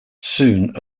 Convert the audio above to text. soon